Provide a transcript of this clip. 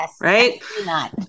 right